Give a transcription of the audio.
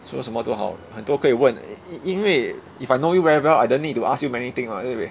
说什么都好很多可以问因为 if I know you very well I don't need to ask you many thing [what] anyway